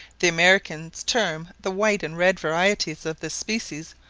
the americans term the white and red varieties of this species,